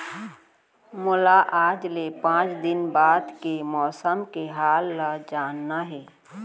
मोला आज ले पाँच दिन बाद के मौसम के हाल ल जानना हे?